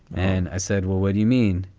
and i said, well, what do you mean?